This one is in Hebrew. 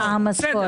יעזור.